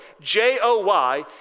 J-O-Y